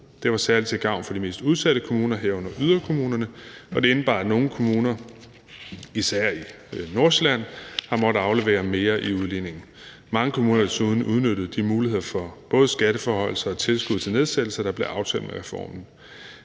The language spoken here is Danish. Det var særlig til gavn for de mest udsatte kommuner, herunder yderkommunerne, og det indebar, at nogle kommuner, især i Nordsjælland, har måttet aflevere mere i udligningen. Mange kommuner har desuden udnyttet de muligheder for både skatteforhøjelser og tilskud til nedsættelser, der blev aftalt med reformen.